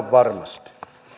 varmasti